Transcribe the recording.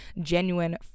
genuine